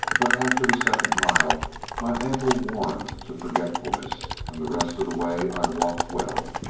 but after the second mile my ankle warmed to forgetfulness, and the rest of the way i walked well.